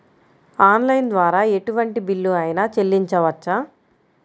Online ద్వారా ఎటువంటి bill అయినా చెల్లించవచ్చా?